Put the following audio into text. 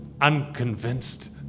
unconvinced